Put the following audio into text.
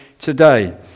Today